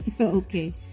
Okay